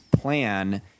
plan